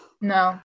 No